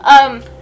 Um-